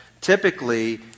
Typically